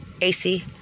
AC